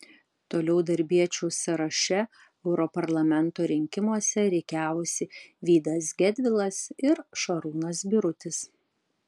toliau darbiečių sąraše europarlamento rinkimuose rikiavosi vydas gedvilas ir šarūnas birutis